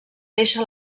deixa